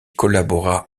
collabora